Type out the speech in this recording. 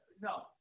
no